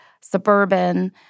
suburban